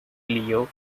leo